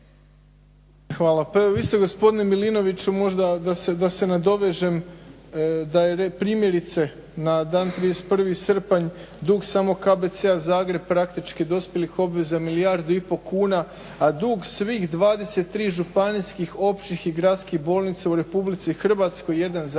Hvala. Pa evo vi ste gospodine Milinoviću možda da se nadovežem na primjerice na dan 31. srpanj dug samo KBC-a Zagreb praktički dospjelih obveza milijardu i pol kuna, a dug svih 23 županijskih općih i gradskih bolnica u RH 1,6 milijardi kuna.